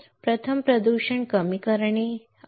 प्रथम प्रदूषण कमी करण्यासाठी कमी करणे आवश्यक आहे बरोबर